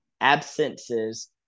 absences